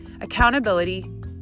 Accountability